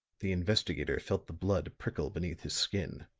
the investigator felt the blood prickle beneath his skin.